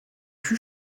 fut